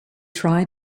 try